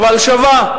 אבל שווה.